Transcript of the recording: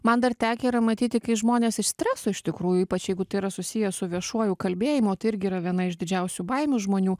man dar tekę yra matyti kai žmonės iš streso iš tikrųjų ypač jeigu tai yra susiję su viešuoju kalbėjimu o tai irgi yra viena iš didžiausių baimių žmonių